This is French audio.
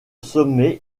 sommet